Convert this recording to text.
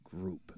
group